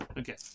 Okay